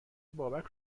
بابک